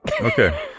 Okay